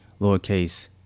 lowercase